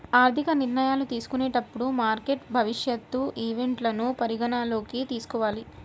ఆర్థిక నిర్ణయాలు తీసుకునేటప్పుడు మార్కెట్ భవిష్యత్ ఈవెంట్లను పరిగణనలోకి తీసుకోవాలి